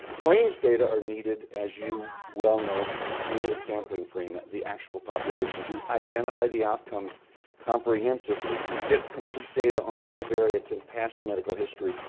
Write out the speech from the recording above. claims data are needed as you will know to create a sampling frame the actual population to identify the outcomes comprehensively to get complete data on covariats and past medical history.